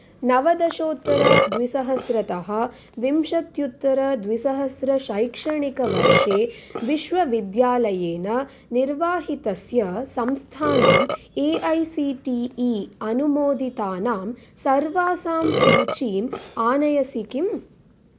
नवदशोत्तरद्विसहस्र तः विंशत्युत्तरद्विसहस्रशैक्षणिकवर्षे विश्वविद्यालयेन निर्वाहितस्य संस्थानां A I C T E अनुमोदितानां सर्वासाम् सूचीम् आनयसि किम्